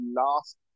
last